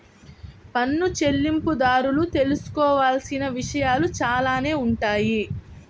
పన్ను చెల్లింపుదారులు తెలుసుకోవాల్సిన విషయాలు చాలానే ఉంటాయి